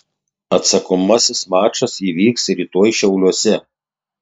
atsakomasis mačas įvyks rytoj šiauliuose